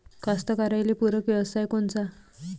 कास्तकाराइले पूरक व्यवसाय कोनचा?